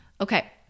Okay